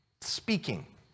speaking